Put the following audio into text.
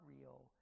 real